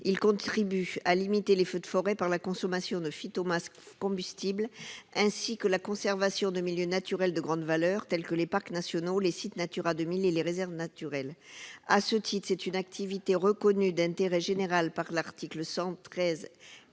Il contribue à limiter les feux de forêt, par la consommation de phytomasses combustibles, ainsi qu'à conserver des milieux naturels de grande valeur, tels que les parcs nationaux, les sites Natura 2000 et les réserves naturelles. À ce titre, c'est une activité reconnue d'intérêt général par l'article L.